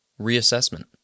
reassessment